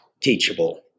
teachable